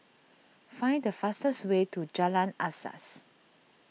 find the fastest way to Jalan Asas